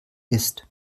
ist